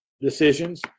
decisions